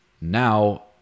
now